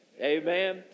Amen